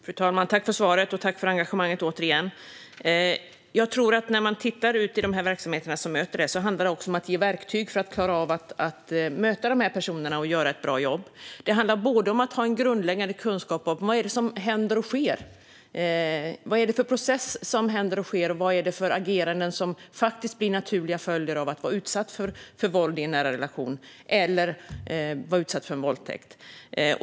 Fru talman! Jag tackar för svaret och, återigen, för engagemanget. Jag tror att det också handlar om att ge de verksamheter som möter detta verktyg för att klara av att möta dessa personer och göra ett bra jobb. Det handlar om att ha en grundläggande kunskap om vad det är som händer och sker. Vilken process är det som sker, och vilka ageranden är det som blir naturliga följder av att någon blir utsatt för våld i en nära relation eller utsatt för en våldtäkt?